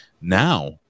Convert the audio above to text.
now